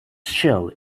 shell